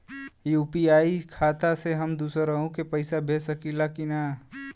UPI खाता से हम दुसरहु के पैसा भेज सकीला की ना?